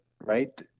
right